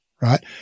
right